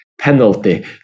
penalty